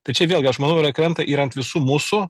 tai čia vėlgi aš manau yra krenta ir ant visų mūsų